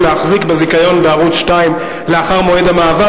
להחזיק בזיכיון בערוץ-2 לאחר מועד המעבר,